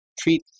Treat